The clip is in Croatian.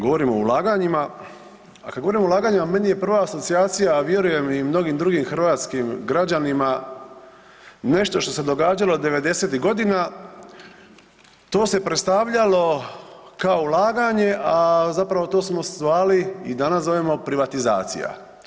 Govorimo o ulaganjima, a kada govorimo o ulaganjima meni je prva asocijacija, a vjerujem i mnogim drugim hrvatskim građanima nešto što se događalo '90.-tih godina, to se predstavljalo kao ulaganje, a zapravo to smo zvali i danas zovemo privatizacija.